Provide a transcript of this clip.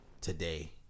today